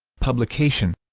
publication